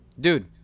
Dude